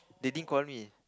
they didn't call me